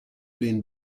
been